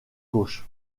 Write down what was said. gauche